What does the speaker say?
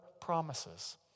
promises